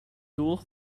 dual